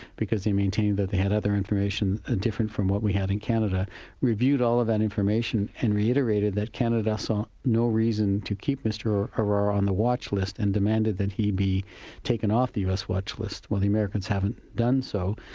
because he maintained that they had other information and different from what we have in canada reviewed all of that information and reiterated that canada saw no reason to keep mr arar on the watch list and demanded that he be taken off the us watch list. well the americans haven't done so,